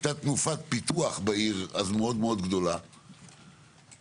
הייתה תנופת פיתוח מאוד גדולה בעיר,